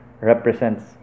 represents